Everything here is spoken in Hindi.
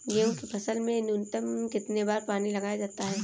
गेहूँ की फसल में न्यूनतम कितने बार पानी लगाया जाता है?